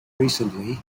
recently